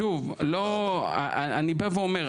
שוב אני בא ואומר,